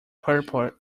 purport